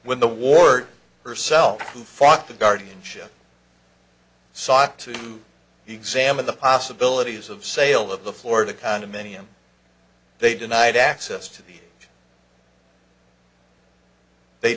when the ward herself who fought the guardianship sok to examine the possibilities of sale of the florida condominium they denied access to the they